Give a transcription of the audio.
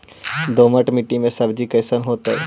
दोमट मट्टी में सब्जी कैसन होतै?